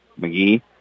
McGee